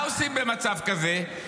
מה עושים במצב כזה?